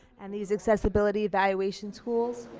and these accessibility valuation tools.